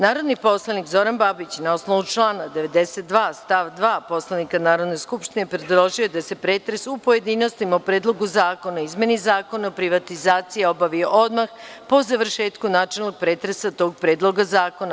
Narodni poslanik Zoran Babić, na osnovu člana 92. stav 2. Poslovnika Narodne skupštine, predložio je da se pretres u pojedinostima o Predlogu zakona o izmeni Zakona o privatizaciji obavi odmah po završetku načelnog pretresa tog predloga zakona.